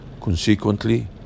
Consequently